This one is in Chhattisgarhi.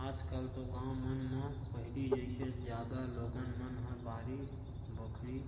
आज कल तो गाँव मन म पहिली जइसे जादा लोगन मन ह बाड़ी बखरी